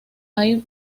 hay